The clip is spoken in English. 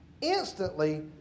Instantly